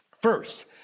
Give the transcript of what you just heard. First